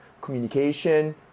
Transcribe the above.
communication